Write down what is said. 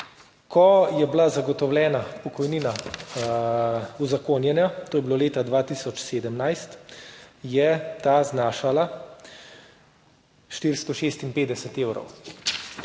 Ko je bila zagotovljena pokojnina uzakonjena, to je bilo leta 2017, je ta znašala 456 evrov.